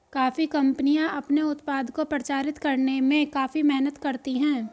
coffee कंपनियां अपने उत्पाद को प्रचारित करने में काफी मेहनत करती हैं